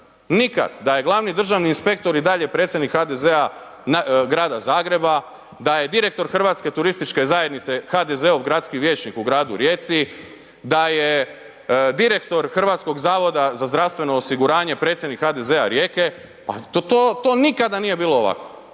Nikad. Da je glavni državni inspektor i dalje predsjednik HDZ-a, grada Zagreba, da je direktor HTZ-a HDZ-ov gradski vijećnik u gradu Rijeci, da je direktor HZZO, predsjednik HDZ-a Rijeke pa to nikada nije bilo ovako.